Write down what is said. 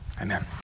amen